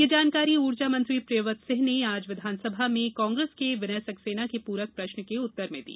यह जानकारी उर्जा मंत्री प्रियवत सिंह ने आज विधानसभा में कांग्रेस के विनय सक्सेना के पूरक प्रश्न के उत्तर में दी